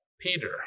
Peter